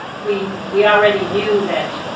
we we already knew that